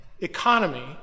economy